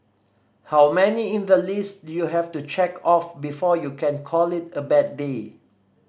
how many in the list do you have to check off before you can call it a bad day